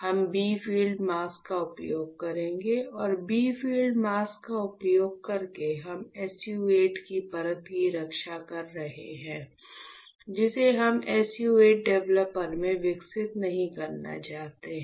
हम b field mask का उपयोग करेंगे और b फ़ील्ड मास्क का उपयोग करके हम SU 8 की परत की रक्षा कर रहे हैं जिसे हम SU 8 डेवलपर में विकसित नहीं करना चाहते हैं